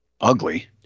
Ugly